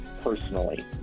personally